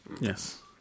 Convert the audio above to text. Yes